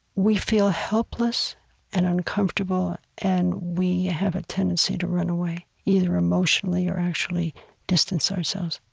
we feel helpless and uncomfortable and we have a tendency to run away, either emotionally or actually distance ourselves.